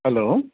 hello